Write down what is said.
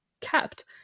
kept